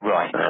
Right